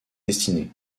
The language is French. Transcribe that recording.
destinées